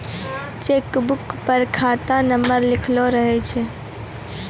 cheque book पर खाता number लिखलो रहै छै